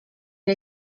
gli